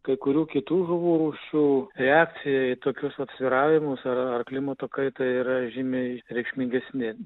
kai kurių kitų žuvų rūšių reakcija į tokius vat svyravimus ar ar klimato kaitą yra žymiai reikšmingesni